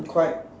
quite